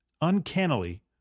uncannily